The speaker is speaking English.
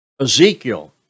Ezekiel